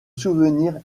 souvenirs